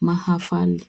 mahafali.